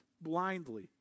blindly